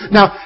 Now